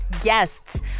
guests